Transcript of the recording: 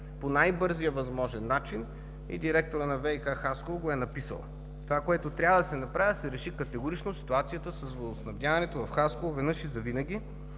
най-бързия начин. Директорът на ВиК – Хасково го е написал: „Това, което трябва да се направи, е да се реши категорично ситуацията с водоснабдяването на Хасково веднъж и завинаги,